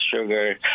sugar